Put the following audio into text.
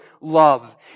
love